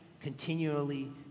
continually